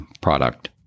product